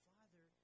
Father